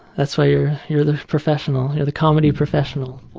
that's why you're you're the professional. you're the comedy professional,